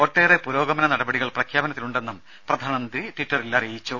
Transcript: ഒട്ടേറെ പുരോഗമന നടപടികൾ പ്രഖ്യാപനത്തിലുണ്ടെന്നും പ്രധാനമന്ത്രി ട്വിറ്ററിൽ അറിയിച്ചു